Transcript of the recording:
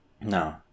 No